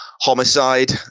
homicide